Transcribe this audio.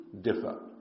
Differ